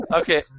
Okay